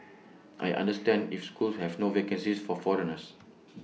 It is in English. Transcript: I understand if schools have no vacancies for foreigners